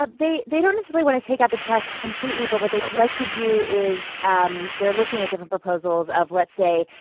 ah they they don't necessarily want to take out the tests completely ok but what they'd like to do is um they're looking at different proposals of, let's say,